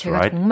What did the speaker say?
right